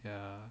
ya